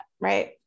right